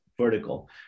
vertical